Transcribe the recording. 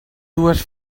dues